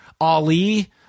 Ali